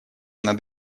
над